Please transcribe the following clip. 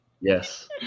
yes